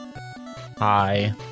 Hi